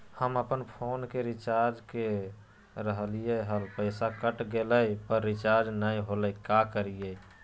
हम अपन फोन के रिचार्ज के रहलिय हल, पैसा कट गेलई, पर रिचार्ज नई होलई, का करियई?